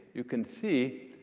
you can see,